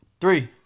Three